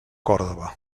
còrdova